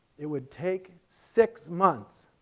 it would take six months.